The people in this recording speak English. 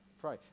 pray